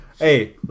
Hey